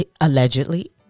Allegedly